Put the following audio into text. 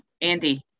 Andy